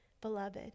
beloved